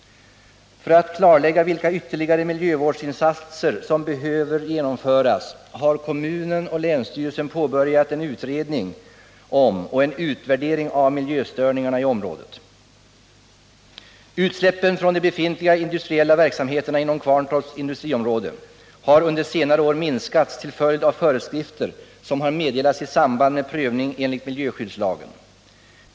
För att klarlägga vilka ytterligare miljövårdsinsatser som behöver genomföras har kommunen och länsstyrelsen påbörjat en utredning om och en utvärdering av miljöstörningarna i området. Utsläppen från de befintliga industriella verksamheterna inom Kvarntorps industriområde har under senare år minskats till följd av föreskrifter som har meddelats i samband med prövning enligt miljöskyddslagen.